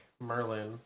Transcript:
Merlin